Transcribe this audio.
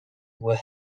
were